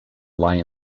lie